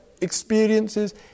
experiences